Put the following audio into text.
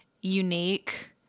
unique